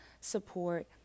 support